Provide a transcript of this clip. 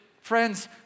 Friends